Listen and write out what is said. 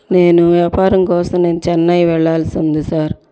నేను వ్యాపారం కోసం నేను చెన్నై వెళ్ళాల్సి ఉంది సార్